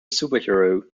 superhero